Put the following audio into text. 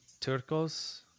Turcos